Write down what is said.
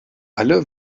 alle